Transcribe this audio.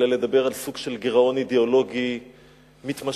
אלא על סוג של גירעון אידיאולוגי מתמשך